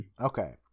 Okay